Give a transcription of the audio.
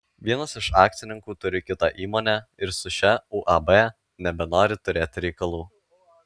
vienas iš akcininkų turi kitą įmonę ir su šia uab nebenori turėti reikalų